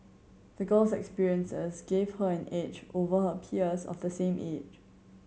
the girl's experiences gave her an edge over her peers of the same age